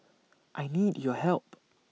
I need your help